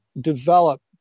develop